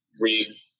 read